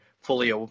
fully